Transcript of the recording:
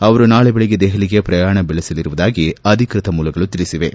ಅವರು ನಾಳೆ ಬೆಳಗ್ಗೆ ದೆಹಲಿಗೆ ಪ್ರಯಾಣ ಬೆಳೆಸಲಿರುವುದಾಗಿ ಅಧಿಕೃತ ಮೂಲಗಳು ತಿಳಿಸಿವೆ